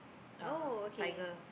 oh okay